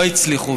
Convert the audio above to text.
לא הצליחו.